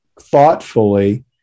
thoughtfully